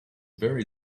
very